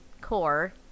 core